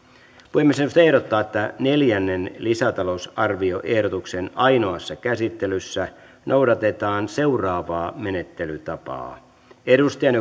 puhemiesneuvosto ehdottaa että neljännen lisätalousarvioehdotuksen ainoassa käsittelyssä noudatetaan seuraavaa menettelytapaa edustajan